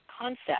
concept